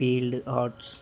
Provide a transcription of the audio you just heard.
field arts